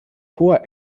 hoher